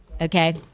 Okay